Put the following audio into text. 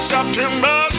September